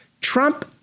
Trump